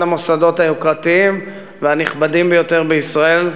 המוסדות היוקרתיים והנכבדים ביותר בישראל,